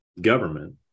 government